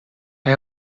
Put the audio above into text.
hij